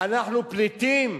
אנחנו פליטים,